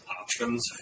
options